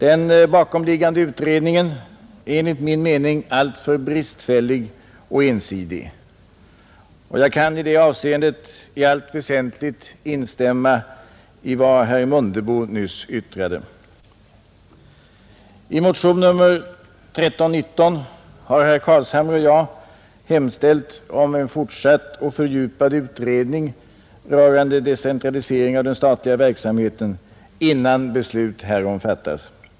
Den bakomliggande utredningen är enligt min mening alltför bristfällig och ensidig. Jag kan i det avseendet i allt väsentligt instämma i vad herr Mundebo nyss yttrade. I motionen 1319 har herr Carlshamre och jag hemställt om en fortsatt och fördjupad utredning rörande decentralisering av den statliga verksam heten innan beslut härom fattas.